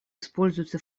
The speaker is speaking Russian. используются